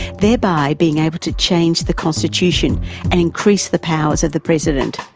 thereby being able to change the constitution and increase the powers of the president.